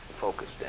focus